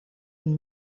een